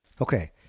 Okay